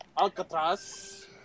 Alcatraz